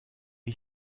est